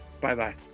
Bye-bye